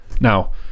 Now